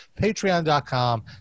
Patreon.com